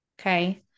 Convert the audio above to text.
Okay